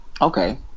Okay